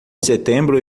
setembro